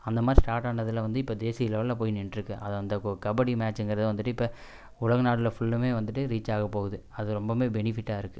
அந்த மாதிரி ஸ்டார்ட் ஆனதில் வந்து இப்போ தேசிய லெவலில் போகி நின்றுக்கு அது அந்த கோ கபடி மேச்சுங்கிறது வந்துகிட்டு இப்போ உலக நாட்டில் ஃபுல்லுமே வந்துகிட்டு ரீச் ஆகப் போகுது அது ரொம்போவுமே பெனிஃபிட்டாக இருக்குது